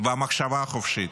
והמחשבה החופשית,